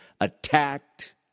attacked